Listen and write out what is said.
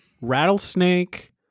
rattlesnake